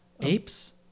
Apes